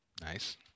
nice